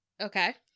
Okay